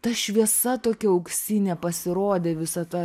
ta šviesa tokia auksinė pasirodė visa ta